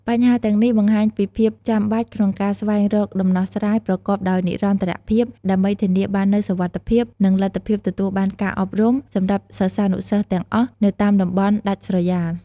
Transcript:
បញ្ហាទាំងនេះបង្ហាញពីភាពចាំបាច់ក្នុងការស្វែងរកដំណោះស្រាយប្រកបដោយនិរន្តរភាព ដើម្បីធានាបាននូវសុវត្ថិភាព និងលទ្ធភាពទទួលបានការអប់រំសម្រាប់សិស្សានុសិស្សទាំងអស់នៅតាមតំបន់ដាច់ស្រយាល។